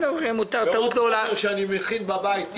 מהחומר שאני מכין בבית.